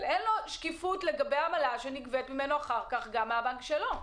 אבל אין לו שקיפות לגבי העמלה שנגבית ממנו אחר כך בבנק שלו.